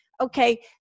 okay